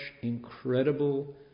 incredible